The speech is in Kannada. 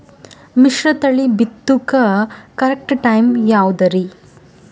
ಮಿಶ್ರತಳಿ ಬಿತ್ತಕು ಕರೆಕ್ಟ್ ಟೈಮ್ ಯಾವುದರಿ?